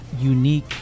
unique